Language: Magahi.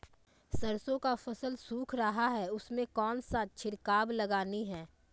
सरसो का फल सुख रहा है उसमें कौन सा छिड़काव लगानी है?